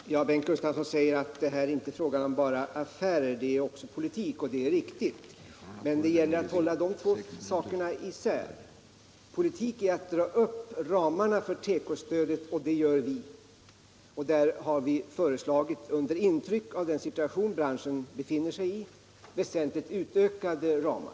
Herr talman! Bengt Gustavsson säger att här inte är fråga bara om affärer utan också om politik, och det är riktigt. Men det gäller att hålla de två sakerna isär. Politik är att dra upp ramarna för tekostödet, och det gör vi Under intryck av den situation branschen befinner sig i har vi också föreslagit väsentligt utökade ramar.